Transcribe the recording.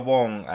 Wong